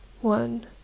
One